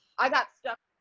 i got stuff.